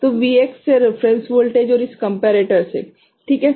तो Vx से reference voltage और इस कम्पेरेटर से ठीक है